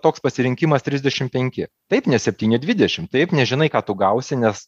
toks pasirinkimas trisdešim penki taip ne septyni dvidešim taip nežinai ką tu gausi nes